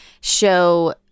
show –